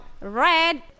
red